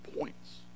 points